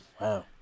Wow